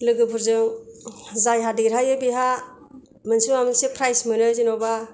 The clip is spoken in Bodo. लोगोफोरजों जायहा देरहायो बेहा मोनसे नङा मोनसे प्राइज मोनो जेन'बा